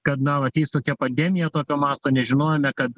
kad na ateis tokia pandemija tokio masto nežinojome kad